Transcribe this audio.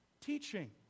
teaching